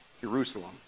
Jerusalem